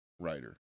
writer